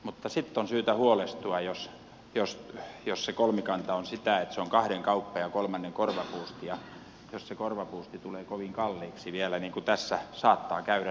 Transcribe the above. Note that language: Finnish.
mutta sitten on syytä huolestua jos se kolmikanta on sitä että se on kahden kauppa ja kolmannen korvapuusti ja jos se korvapuusti tulee vielä kovin kalliiksi niin kuin tässä saattaa käydä näin